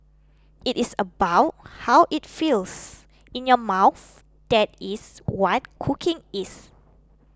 it is about how it feels in your mouth that is what cooking is